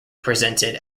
presented